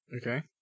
Okay